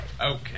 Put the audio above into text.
Okay